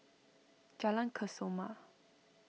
Jalan Kesoma